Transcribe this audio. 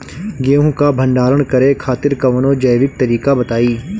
गेहूँ क भंडारण करे खातिर कवनो जैविक तरीका बताईं?